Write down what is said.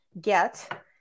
get